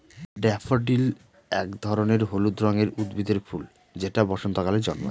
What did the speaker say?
daffodil এক ধরনের হলুদ রঙের উদ্ভিদের ফুল যেটা বসন্তকালে জন্মায়